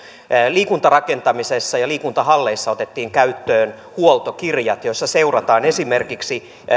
liikuntarakentamisessa ja liikuntahalleissa otettiin käyttöön huoltokirjat joissa seurataan esimerkiksi